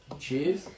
Cheers